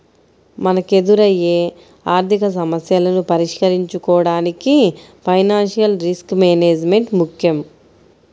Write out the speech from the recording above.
మనకెదురయ్యే ఆర్థికసమస్యలను పరిష్కరించుకోడానికి ఫైనాన్షియల్ రిస్క్ మేనేజ్మెంట్ ముక్కెం